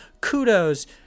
kudos